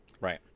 right